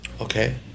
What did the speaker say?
Okay